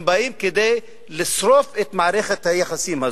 הם באים כדי לשרוף את מערכת היחסים הזו,